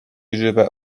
żywe